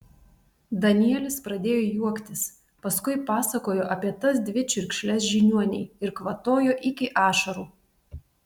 danielis pradėjo juoktis paskui pasakojo apie tas dvi čiurkšles žiniuonei ir kvatojo iki ašarų